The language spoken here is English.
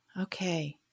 Okay